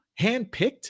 handpicked